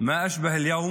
(אומר